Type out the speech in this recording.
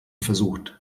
versucht